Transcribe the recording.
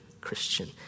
Christian